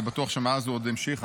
אני בטוח שמאז הוא עוד המשיך,